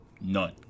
None